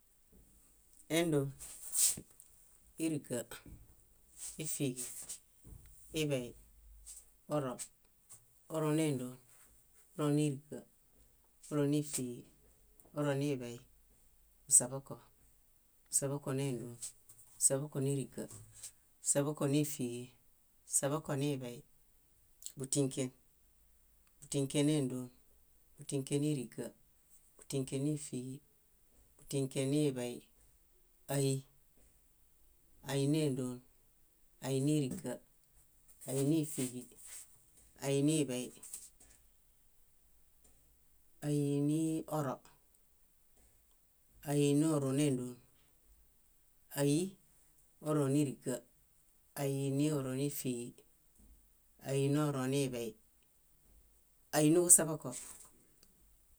. Éndo, íriga, ífiġi, iḃey, oro, oro néndon, oro níriga, oro nífiġi, oro niiḃey, kuseḃoko, kuseḃoko néndon, kuseḃoko níriga, kuseḃoko nífiġi, kuseḃoko niiḃey, bútinken, bútinken néndon, bútinken níriga, bútinken nífiġi, bútinken niiḃey, ái, ái néndon, ái níriga, ái nífiġi, ái niiḃey, ái ni oro, ái noro néndon, ái noro níriga, ái noro nífiġi, ái noro niiḃey, ái niġuseḃoko.